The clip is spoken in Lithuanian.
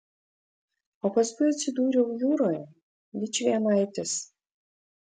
o paskui atsidūriau jūroje vičvienaitis